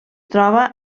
troba